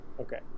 Okay